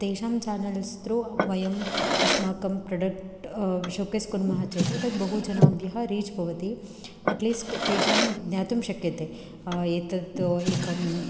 तेषां channels through वयम् अस्माकं प्रोडक्ट् शोकेस् कुर्मः चेत् तत् बहु जनेभ्यः रीच् भवति अट्लीस्ट् तेषां ज्ञातुं शक्यते एतत् एकम्